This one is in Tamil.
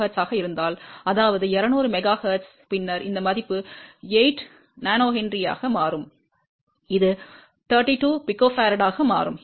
2 GHz ஆக இருந்தால் அதாவது 200 MHz பின்னர் இந்த மதிப்பு 8 nH ஆக மாறும் இது 32 pF ஆக மாறும்